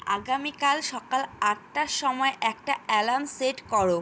আগামীকাল সকাল আটটার সময় একটা অ্যালার্ম সেট করো